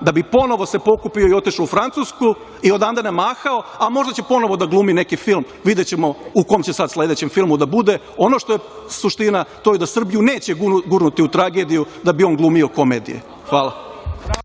da bi se ponovo pokupio i otišao u Francusku i odande nam mahao, a možda će ponovo da glumi neki film. Videćemo u kom će sada sledećem filmu da bude. Ono što je suština, to je da Srbiju neće gurnuti u tragediju da bi on glumio komedije. Hvala.